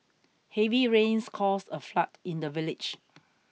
heavy rains caused a flood in the village